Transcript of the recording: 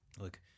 look